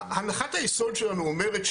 הנחת היסוד שלנו אומרת,